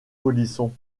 polisson